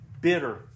bitter